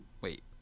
Wait